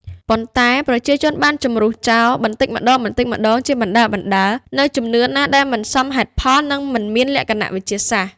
ប៉ុន្តែ ប្រជាជនបានជម្រុះចោលបន្តិចម្តងៗ ជាបណ្តើរៗនូវជំនឿណាដែលមិនសមហេតុផល និងមិនមានលក្ខណៈវិទ្យាសាស្ត្រ។